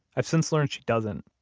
i've since learned she doesn't,